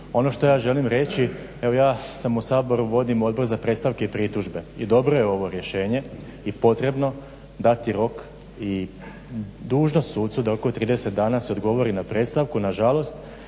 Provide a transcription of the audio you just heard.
Ono što ja želim reći evo ja sam u Saboru, vodim Odbor za predstavke i pritužbe i dobro je ovo rješenje i potrebno dati rok i dužnost sucu da u roku od 30 dana se odgovori na predstavku. Na žalost,